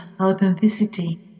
authenticity